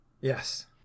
Yes